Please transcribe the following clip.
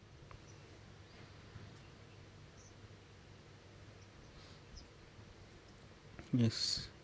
yes